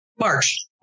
March